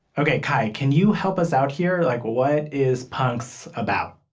ok. kai, can you help us out here? like, what is punks about?